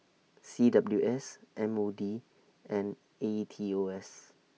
C W S M O D and A E T O S